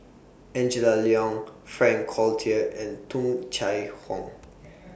Angela Liong Frank Cloutier and Tung Chye Hong